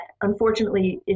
unfortunately